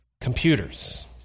computers